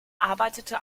arbeitete